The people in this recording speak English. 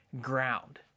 ground